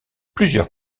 plusieurs